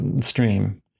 stream